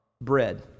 bread